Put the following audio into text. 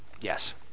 Yes